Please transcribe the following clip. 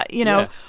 ah you know,